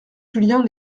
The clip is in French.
julien